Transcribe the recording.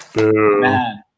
Man